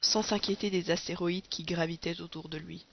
sans s'inquiéter des astéroïdes qui gravitaient autour de lui